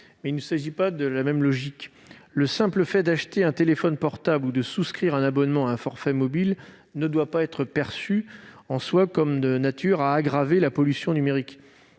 la logique suivie est différente. Le simple fait d'acheter un téléphone portable ou de souscrire un abonnement pour un forfait mobile ne doit pas être perçu, en soi, comme de nature à aggraver la pollution numérique.